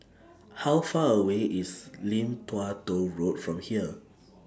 How Far away IS Lim Tua Tow Road from here